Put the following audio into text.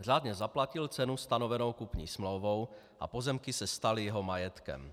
Řádně zaplatil cenu stanovenou kupní smlouvou a pozemky se staly jeho majetkem.